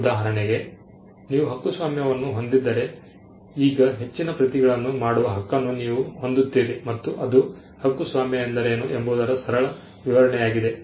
ಉದಾಹರಣೆಗೆ ನೀವು ಹಕ್ಕುಸ್ವಾಮ್ಯವನ್ನು ಹೊಂದಿದ್ದರೆ ಈಗ ಹೆಚ್ಚಿನ ಪ್ರತಿಗಳನ್ನು ಮಾಡುವ ಹಕ್ಕನ್ನು ನೀವು ಹೊಂದುತ್ತೀರಿ ಮತ್ತು ಅದು ಹಕ್ಕುಸ್ವಾಮ್ಯ ಎಂದರೇನು ಎಂಬುದರ ಸರಳ ವಿವರಣೆಯಾಗಿದೆ